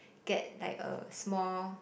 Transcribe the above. get like a small